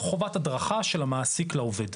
חובת הדרכה של המעסיק לעובד.